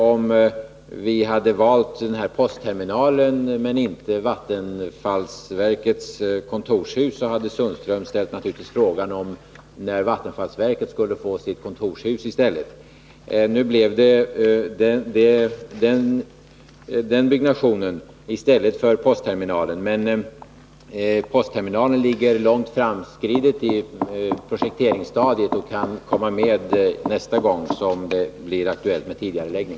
Om vi hade valt postterminalen och inte Vattenfallsverkets kontorshus, hade Sten-Ove Sundström naturligtvis ställt frågan när Vattenfallsverket skulle få sitt kontorshus. Nu blev det denna byggnation i stället för postterminalen. Men projekteringen av postterminalen är långt framskriden, och detta projekt kan komma med nästa gång det blir aktuellt med tidigareläggning.